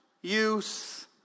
use